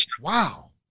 Wow